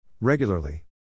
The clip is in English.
Regularly